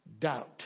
doubt